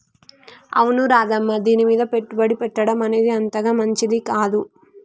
అవును రాధమ్మ దీనిమీద పెట్టుబడి పెట్టడం అనేది అంతగా మంచిది కాదు